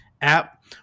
app